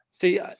See